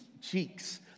cheeks